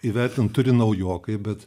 įvertint turi naujokai bet